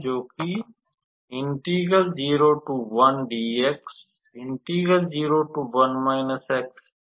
जोकि है